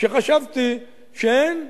שחשבתי שהן סבירות,